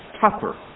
tougher